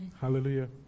Hallelujah